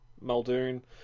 Muldoon